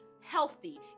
healthy